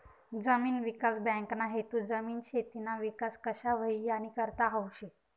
जमीन विकास बँकना हेतू जमीन, शेतीना विकास कशा व्हई यानीकरता हावू शे